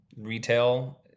retail